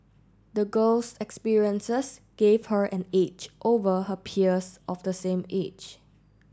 the girl's experiences gave her an edge over her peers of the same age